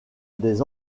des